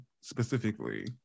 specifically